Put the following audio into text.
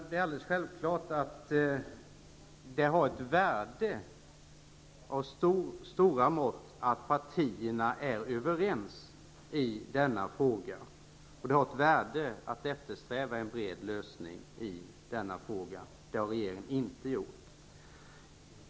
Det har självfallet ett värde av stora mått att partierna är överens i denna fråga. Det har ett värde att eftersträva en bred lösning i denna fråga. Det har regeringen inte gjort.